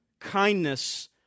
Kindness